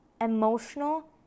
emotional